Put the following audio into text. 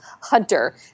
hunter